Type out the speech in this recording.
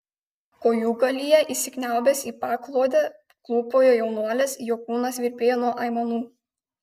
kojūgalyje įsikniaubęs į paklodę klūpojo jaunuolis jo kūnas virpėjo nuo aimanų